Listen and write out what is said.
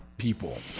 people